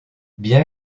bien